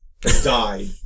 died